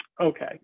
okay